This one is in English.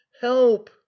help